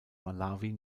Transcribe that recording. malawi